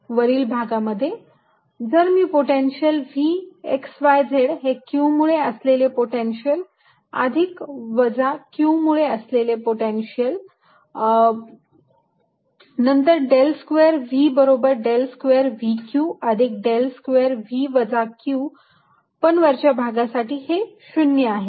वरील भागामध्ये जर मी पोटेन्शियल Vx y z हे q मुळे असलेले पोटेन्शियल अधिक वजा q मुळे असलेले पोटेन्शियल नंतर डेल स्क्वेअर V बरोबर डेल स्क्वेअर V q अधिक डेल स्क्वेअर V वजा q पण वरच्या भागासाठी हे 0 आहे